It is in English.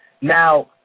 Now